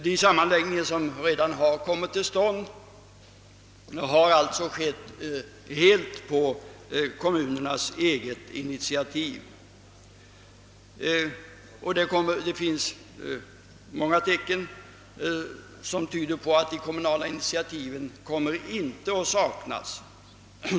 De sammanläggningar som hittills kommit till stånd har alltså företagits helt på kommunernas eget initiativ, och det finns många tecken som tyder på att kommunala initiativ inte heller i fortsättningen kommer att saknas.